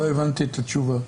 לא הבנתי את התשובה,